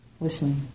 listening